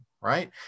right